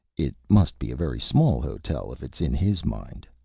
it must be a very small hotel if it's in his mind,